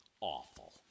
awful